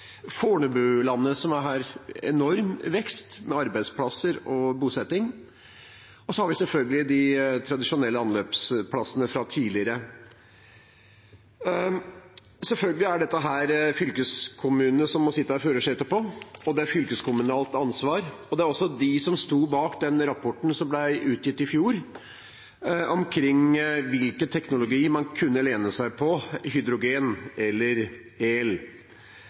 Fornebulandet, som er i enorm vekst med arbeidsplasser og bosetting, og så har vi selvfølgelig de tradisjonelle anløpsplassene fra tidligere. Selvfølgelig er dette saker der fylkeskommunene må sitte i førersetet. Det er et fylkeskommunalt ansvar, og det er også de som sto bak den rapporten som ble utgitt i fjor omkring hvilken teknologi man kunne lene seg på – hydrogen eller